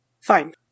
Fine